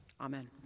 Amen